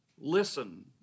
listen